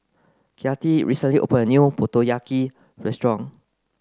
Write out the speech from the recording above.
Kathi recently opened a new Motoyaki restaurant